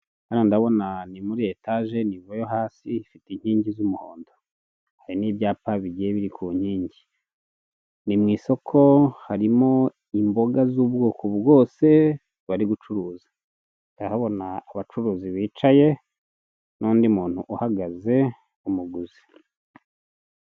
Umuhanda muremure cyane hino hari icyapa cyanditseho Karongi disitirikiti, hepfo y'uwo muhanda wa kaburimbo hari ikimashini gisa nk'igihagaze muri uwo muhanda muri uwo muhanda hakaba harimo abagenzi bagenda n'amaguru hari abahagaze hari n'abarimo kugenda.